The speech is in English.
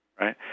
right